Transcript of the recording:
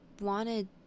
wanted